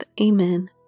Amen